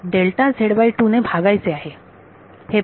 delta Z by two ने भागायचे आहे